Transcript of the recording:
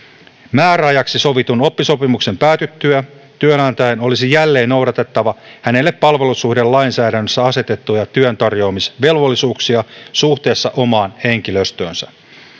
määräajaksi sovitun oppisopimuksen päätyttyä työnantajan olisi jälleen noudatettava hänelle palvelussuhdelainsäädännössä asetettuja työntarjoamisvelvollisuuksia suhteessa omaan henkilöstöönsä